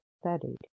studied